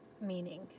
meaning